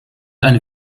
ein